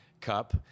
Cup